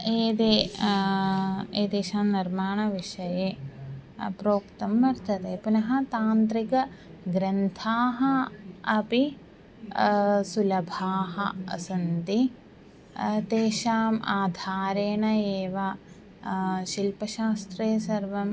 एते एतेषां निर्माणविषये प्रोक्तं वर्तते पुनः तान्त्रिकग्रन्थाः अपि सुलभाः सन्ति तेषाम् आधारेण एव शिल्पशास्त्रे सर्वं